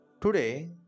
Today